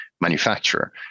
manufacturer